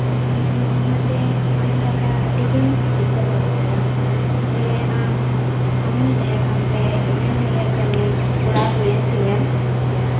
ᱢᱮᱱᱼᱢᱮᱱ ᱛᱮ ᱟᱢᱟᱝ ᱠᱟᱛᱷᱟ ᱟᱹᱰᱤ ᱜᱮᱧ ᱫᱤᱥᱟᱹ ᱜᱚᱫ ᱠᱮᱫᱟ ᱡᱮ ᱟᱢ ᱟᱢᱮᱢ ᱛᱟᱦᱮᱸᱠᱟᱱ ᱛᱮ ᱤᱧᱟᱹᱝ ᱠᱟᱹᱢᱤ ᱠᱚᱲᱟᱣ ᱦᱩᱭᱮᱱᱛᱤᱧᱟᱹ